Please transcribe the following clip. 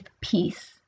peace